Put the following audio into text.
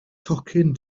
tocyn